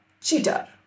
Cheater